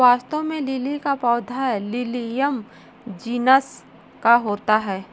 वास्तव में लिली का पौधा लिलियम जिनस का होता है